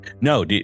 No